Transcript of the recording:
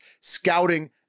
scouting